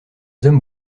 hommes